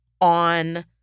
on